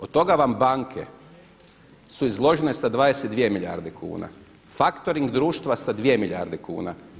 Od toga vam banke su izložene sa 22 milijarde kuna, faktoring društva sa 2 milijarde kuna.